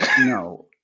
No